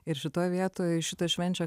ir šitoj vietoj šitą švenčia